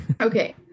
okay